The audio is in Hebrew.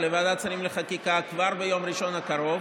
לוועדת שרים לחקיקה כבר ביום ראשון הקרוב,